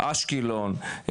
אשקלון,